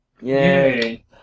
Yay